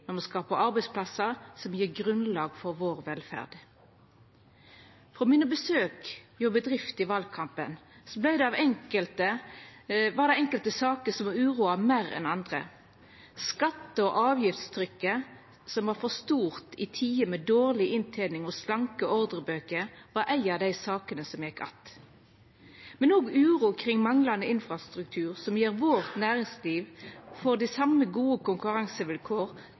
Næringslivet må få arbeidsvilkår som gjer at det vert levedyktig og kan skapa arbeidsplassar, som er grunnlaget for velferda vår. På besøka mine hos bedrifter i valkampen var det enkelte saker som uroa meir enn andre. Skatte- og avgiftstrykket som var for stort i tider med dårleg inntening og slanke ordrebøker, var ei av sakene som gjekk att. Men òg uro kring manglande infrastruktur, som gjer at næringslivet vårt får dei same gode